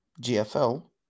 GFL